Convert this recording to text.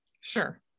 Sure